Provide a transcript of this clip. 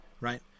right